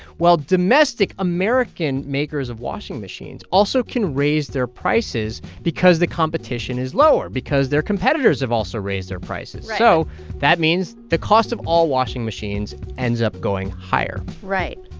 well, domestic american makers of washing machines also can raise their prices because the competition is lower because their competitors have also raised their prices right so that means the cost of all washing machines ends up going higher right.